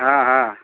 ହଁ ହଁ